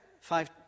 five